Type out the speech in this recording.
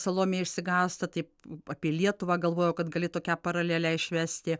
salomė išsigąsta taip apie lietuvą galvojau kad gali tokią paralelę išvesti